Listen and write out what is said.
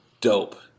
dope